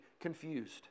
confused